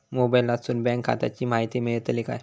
मोबाईलातसून बँक खात्याची माहिती मेळतली काय?